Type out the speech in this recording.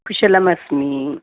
कुशलमस्मि